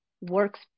works